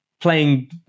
playing